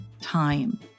time